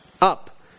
up